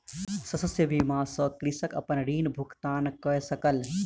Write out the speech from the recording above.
शस्य बीमा सॅ कृषक अपन ऋण भुगतान कय सकल